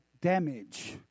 damage